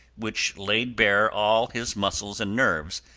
which laid bare all his muscles and nerves,